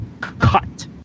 cut